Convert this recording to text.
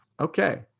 Okay